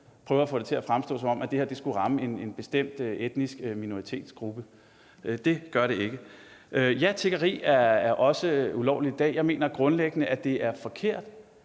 prøver at få det til at fremstå, som om det her skulle ramme en bestemt etnisk minoritetsgruppe. Det gør det ikke. Ja, tiggeri er også ulovligt i dag. Jeg mener grundlæggende, det er forkert,